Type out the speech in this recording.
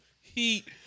Heat